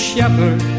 Shepherd